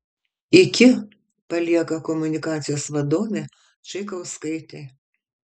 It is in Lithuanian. iki palieka komunikacijos vadovė čaikauskaitė